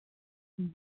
ᱦᱮᱸ